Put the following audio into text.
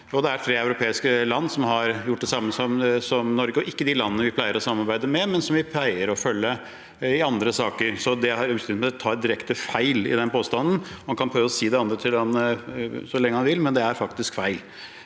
Det er tre europeiske land som har gjort det samme som Norge, og ikke de landene vi pleier å samarbeide med, men som vi pleier å følge i andre saker. Utenriksministeren tar direkte feil i den påstanden. Han kan prøve å si det andre så lenge han vil, men det er faktisk feil.